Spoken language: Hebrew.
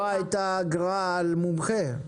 לא הייתה אגרה על מומחה.